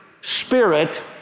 spirit